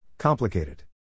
Complicated